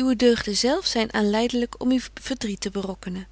uwe deugden zelf zyn aanleidelyk om u verdriet te berokkenen